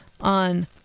on